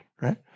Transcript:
right